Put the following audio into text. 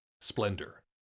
splendor